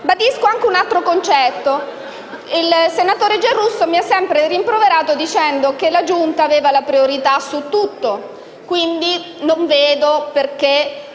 Ribadisco anche un altro concetto. Il senatore Giarrusso mi ha sempre rimproverata dicendo che la Giunta aveva la priorità su tutto. Quindi, non vedo perché